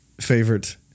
favorite